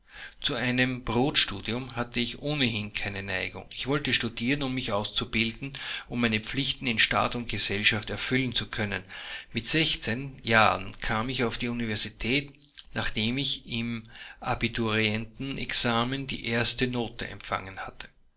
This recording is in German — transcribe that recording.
zu einem brotstudium hatte ich ohnehin keine neigung ich wollte studieren um mich auszubilden um meine pflichten in staat und gesellschaft erfüllen zu können mit sechzehn jahren kam ich auf die universität nachdem ich im abiturientenexamen die erste note empfangen hatte